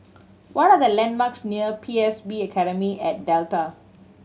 what are the landmarks near P S B Academy at Delta